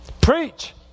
preach